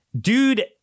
Dude